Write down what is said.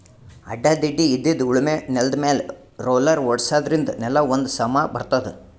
ಅಡ್ಡಾ ತಿಡ್ಡಾಇದ್ದಿದ್ ಉಳಮೆ ನೆಲ್ದಮ್ಯಾಲ್ ರೊಲ್ಲರ್ ಓಡ್ಸಾದ್ರಿನ್ದ ನೆಲಾ ಒಂದ್ ಸಮಾ ಬರ್ತದ್